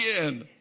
again